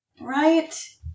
right